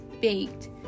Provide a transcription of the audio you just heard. baked